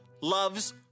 loves